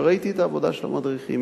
וראיתי את העבודה של המדריכים,